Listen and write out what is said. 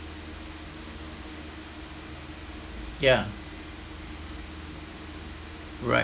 yeah right